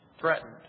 threatened